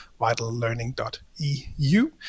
vitallearning.eu